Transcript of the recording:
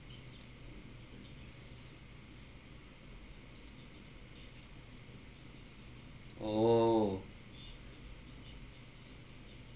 oh